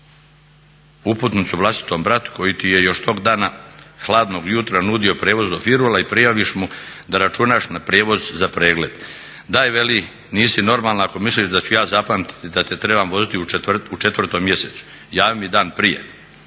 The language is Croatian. uputnicu vlastitom bratu koji ti je još tog dana hladnog jutra nudio prijevoz do Firula i prijaviš mu da računaš na prijevoz za pregled, daj veli nisi normalna ako misliš da ću ja zapamtiti da te trebam voziti u četvrtom mjesecu, javi mi dan prije.